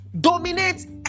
dominate